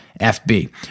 FB